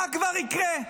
מה כבר יקרה,